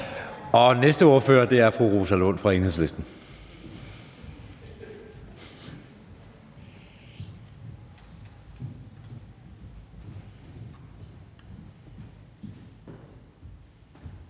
Den næste ordfører er fru Rosa Lund fra Enhedslisten.